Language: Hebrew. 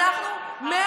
ארבעה מנדטים,